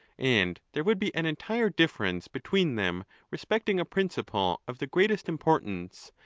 and there would be an entire difference be tween them respecting a principle of the greatest importance,